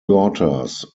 daughters